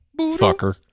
fucker